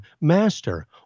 Master